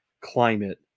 climate